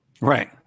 Right